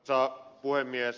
arvoisa puhemies